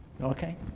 okay